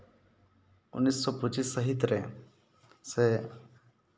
ᱩᱱᱤᱥᱥᱚ ᱯᱚᱸᱪᱤᱥ ᱥᱟᱹᱦᱤᱛ ᱨᱮ ᱥᱮ